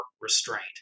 restraint